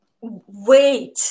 Wait